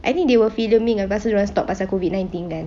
I think they will filming ah lepas tu dia orang stop pasal COVID nineteen kan